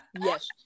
Yes